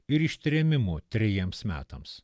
ir ištrėmimu trejiems metams